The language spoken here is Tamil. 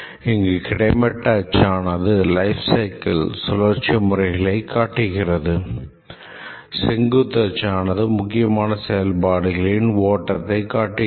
இங்கு கிடைமட்ட அச்சானது லைப்சைகிள் களை காட்டுகிறது செங்குத்து அச்சானது முக்கியமான செயல்பாடுகளின் ஓட்டத்தை காட்டுகிறது